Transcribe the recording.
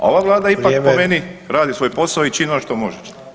A ova vlada ipak po meni [[Upadica: Vrijeme.]] radi svoj posao i čini ono što može.